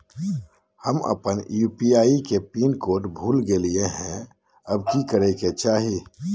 हम अपन यू.पी.आई के पिन कोड भूल गेलिये हई, अब की करे के चाही?